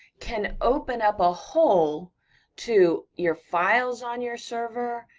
can open up a hole to your files on your server,